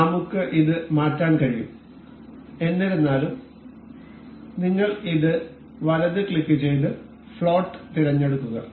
അതിനാൽ നമുക്ക് ഇത് മാറ്റാൻ കഴിയും എന്നിരുന്നാലും നിങ്ങൾ ഇത് വലത് ക്ലിക്കുചെയ്ത് ഫ്ലോട്ട് തിരഞ്ഞെടുക്കുക